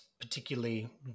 particularly